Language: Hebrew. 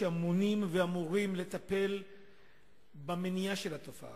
שאמונים ואמורים לטפל במניעה של התופעה,